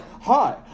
hi